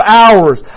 hours